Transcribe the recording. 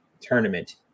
tournament